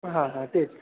हां हां तेच